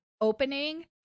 opening